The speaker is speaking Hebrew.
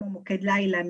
כמו מוקד לילה,